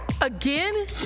Again